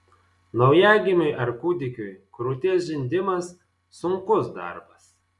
naujagimiui ar kūdikiui krūties žindimas sunkus darbas